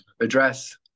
address